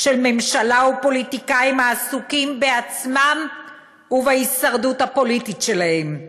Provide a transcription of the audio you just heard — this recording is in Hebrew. של ממשלה ופוליטיקאים העסוקים בעצמם ובהישרדות הפוליטית שלהם.